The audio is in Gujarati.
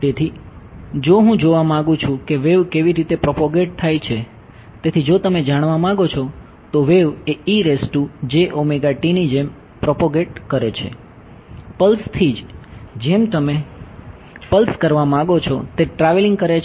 તેથી જો હું જોવા માંગુ છું કે વેવ કેવી રીતે પ્રોપોગેટ એ ની જેમ પ્રોપોગેટ કરે છે